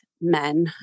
men